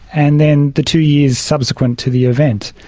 and then the two years subsequent to the event.